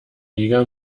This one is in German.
jäger